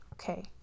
Okay